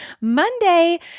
monday